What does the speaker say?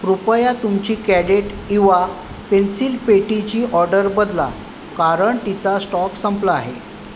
कृपया तुमची cadet Eva pencil पेटीची ऑर्डर बदला कारण तिचा स्टॉक संपला आहे